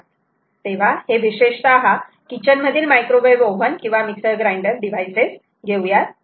तेव्हा हे विशेषतः किचन मधील मायक्रोवेव ओव्हन किंवा मिक्सर ग्राइंडर डिव्हाइसेस घेऊयात